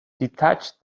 detach